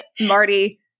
Marty